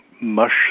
mush